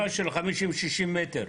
--- חווה של חמישים, שישים מטר.